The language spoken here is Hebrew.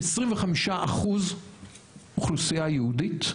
25% אוכלוסייה יהודית,